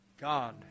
God